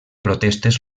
protestes